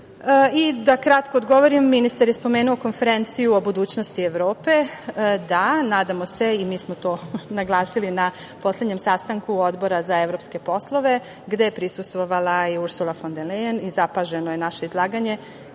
kratko odgovorim. Ministar je spomenuo Konferenciju o budućnosti Evrope. Da, nadamo se i mi smo naglasili na poslednjem sastanku Odbora za evropske poslove, gde je prisustvovala i Ursula fon der Lajen i zapaženo je naše izlaganje